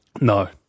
No